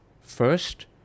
first